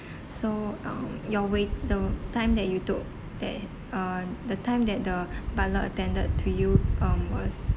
so um your wait the time that you took that uh the time that the butler attended to you um was